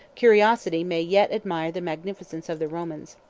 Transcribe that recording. curiosity may yet admire the magnificence of the romans.